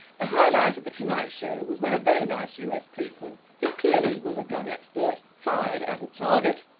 the highlight of the tonight show was when a very nice us policeman who clearly was a gun expert fired at a target.